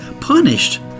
punished